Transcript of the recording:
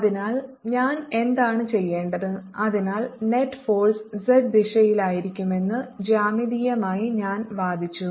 അതിനാൽ ഞാൻ എന്താണ് ചെയ്യേണ്ടത് അതിനാൽ നെറ്റ് ഫോഴ്സ് z ദിശയിലായിരിക്കുമെന്ന് ജ്യാമിതീയമായി ഞാൻ വാദിച്ചു